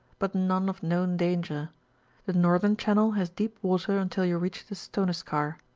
but none of known danger the northern channel has deep water until you reach the stoneskar.